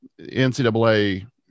NCAA